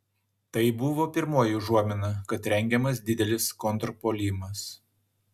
tai buvo pirmoji užuomina kad rengiamas didelis kontrpuolimas